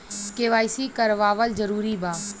KYC करवावल जरूरी बा?